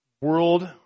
world